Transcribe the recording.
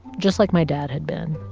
just like my dad had been.